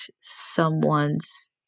someone's